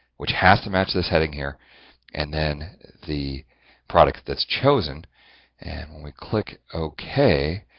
which has to match this heading here and then the product that's chosen and we click ok.